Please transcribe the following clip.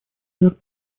верно